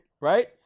right